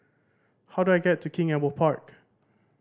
how do I get to King Albert Park